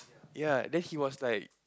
ya then he was like